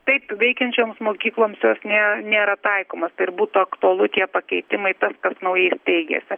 taip veikiančioms mokykloms jos ne nėra taikomos tai ir būtų aktualu tie pakeitimai tas kas naujai steigiasi